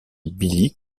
billy